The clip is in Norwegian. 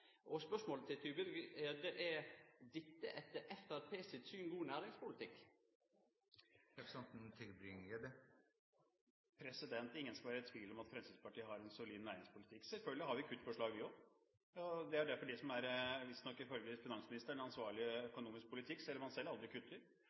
nettleiga. Spørsmålet til Tybring-Gjedde er: Er dette etter Framstegspartiet sitt syn god næringspolitikk? Ingen skal være i tvil om at Fremskrittspartiet har en solid næringspolitikk. Selvfølgelig har vi kuttforslag, vi òg. Det er derfor visstnok, ifølge finansministeren, ansvarlig